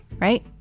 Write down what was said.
Right